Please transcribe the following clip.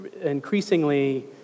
increasingly